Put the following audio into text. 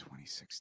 2016